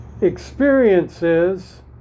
experiences